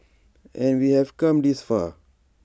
and we have come this far